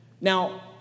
Now